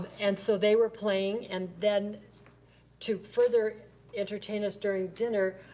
and so they were playing and then to further entertain us during dinner,